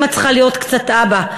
אימא צריכה להיות קצת אבא',